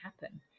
happen